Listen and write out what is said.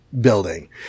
building